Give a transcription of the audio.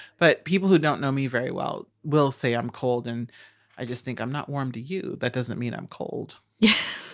but people who don't know me very well will say i'm cold and i just think i'm not warm to you. that doesn't mean i'm cold yeah